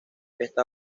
está